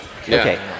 Okay